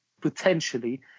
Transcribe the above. potentially